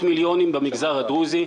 בבקשה.